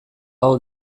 hau